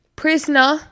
prisoner